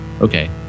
Okay